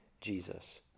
Jesus